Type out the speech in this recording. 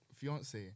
fiance